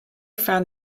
found